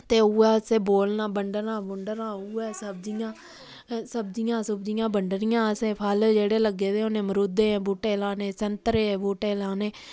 ते उ'ऐ असें बोलना बंडना बुंडना उ'ऐ सब्जियां सब्जियां सुब्जियां बंडनियां असें फल जेह्ड़े लग्गे दे होने मरूदें दे बूह्टे लाने सैंतरें दे बूह्टे लाने